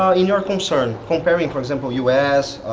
um in your concern, comparing for example u s.